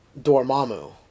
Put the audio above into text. Dormammu